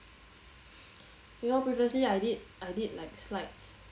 you know previously I did I did like slides